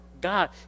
God